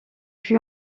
fut